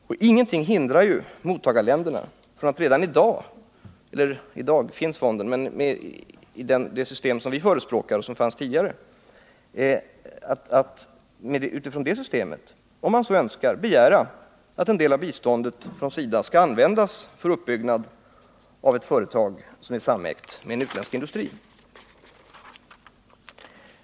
Med det system som vi förespråkar och som fanns tidigare finns det ingenting som hindrar mottagarländerna från att om de så önskar begära att en del av biståndet från SIDA skall användas för uppbyggnad av ett företag som är samägt med en utländsk industri.